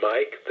Mike